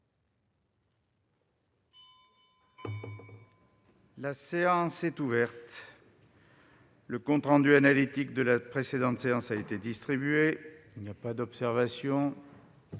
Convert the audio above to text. La séance est ouverte. Le compte rendu analytique de la précédente séance a été distribué. Il n'y a pas d'observation ?